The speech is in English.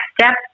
step